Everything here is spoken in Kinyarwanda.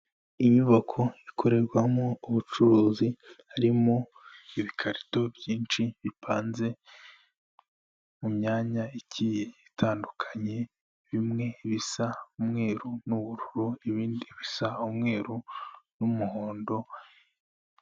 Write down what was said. Inyubako ikorerwamo ubucuruzi harimo ibikarito byinshi bipanze mu myanya igiye itandukanye bimwe bisa umweru n'ubururu ibindi bisa umweru n'umuhondo.